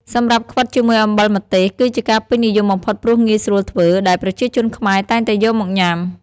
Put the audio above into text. សម្រាប់់ខ្វិតជាមួយអំបិលម្ទេស គឺជាការពេញនិយមបំផុតព្រោះងាយស្រួលធ្វើ ដែលប្រជាជនខ្មែរតែងតែយកមកញ៉ាំ។